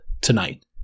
tonight